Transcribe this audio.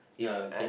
ya okay